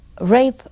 rape